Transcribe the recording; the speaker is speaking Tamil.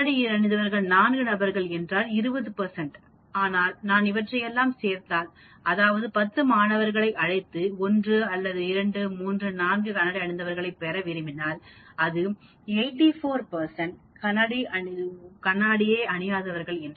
கண்ணாடி அணிந்த 4 நபர்கள் 20 ஆனால் நான் இவற்றையெல்லாம் சேர்த்தால் அதாவது நான் 10 மாணவர்களை அழைத்து 1 அல்லது 2 அல்லது 3 அல்லது 4 கண்ணாடி அணிந்த மாணவர்களை பெற விரும்பினால் அது 84 அல்லது 0 கண்ணாடிகள்